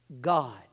God